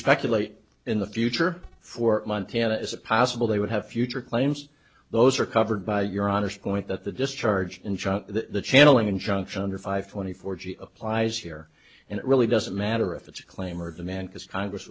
speculate in the future for montana is it possible they would have future claims those are covered by your honest point that the discharge in charge the channeling injunction under five twenty four g applies here and it really doesn't matter if it's a claim or demand because congress